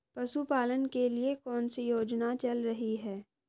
पशुपालन के लिए कौन सी योजना चल रही है?